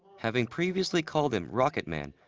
having previously called him rocket man.